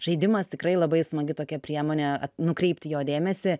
žaidimas tikrai labai smagi tokia priemonė nukreipti jo dėmesį